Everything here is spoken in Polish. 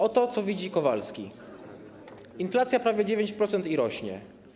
Oto co widzi Kowalski: inflacja prawie 9% i rośnie.